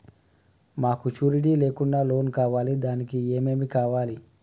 మాకు షూరిటీ లేకుండా లోన్ కావాలి దానికి ఏమేమి కావాలి?